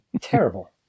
Terrible